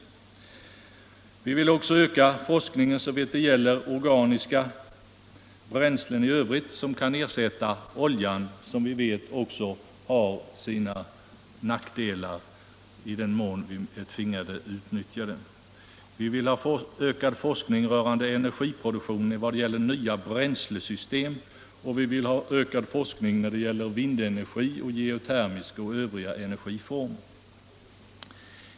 Vi vill också öka forskningen såvitt gäller organiska bränslen i övrigt som kan ersätta oljan, vilken vi vet också har sina nackdelar i den mån vi är tvingade att utnyttja den. Vi vill ha ökad forskning rörande energiproduktionen vad gäller nya bränslesystem, och vi vill ha ökad forskning när det gäller vindenergi, geotermisk energi och övriga energiformer.